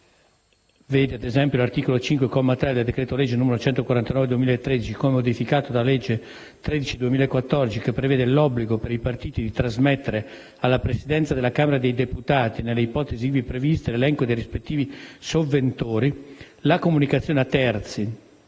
veda, ad esempio, l'articolo 5, comma 3, del decreto-legge n. 149 del 2013, come modificato dalla legge n. 13 del 2014, che prevede l'obbligo per i partiti di trasmettere alla Presidenza della Camera dei deputati, nelle ipotesi ivi previste, l'elenco dei rispettivi sovventori), la comunicazione a terzi